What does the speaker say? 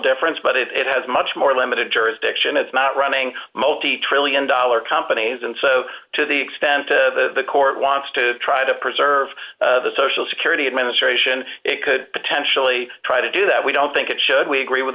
difference but if it has much more limited jurisdiction it's not running multi trillion dollar companies and so to the extent the court wants to try to preserve the social security administration it could potentially try to do that we don't think it should we agree with